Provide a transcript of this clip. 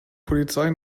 polizei